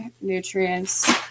nutrients